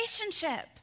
relationship